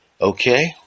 Okay